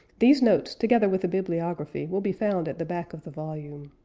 these notes together with a bibliography will be found at the back of the volume.